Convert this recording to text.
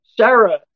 Sarah